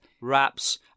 wraps